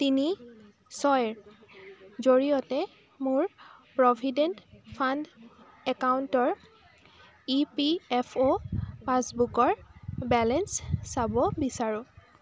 তিনি ছয় ৰ জৰিয়তে মোৰ প্ৰভিডেণ্ট ফাণ্ড একাউণ্টৰ ই পি এফ অ' পাঁচবুকৰ বেলেঞ্চ চাব বিচাৰোঁ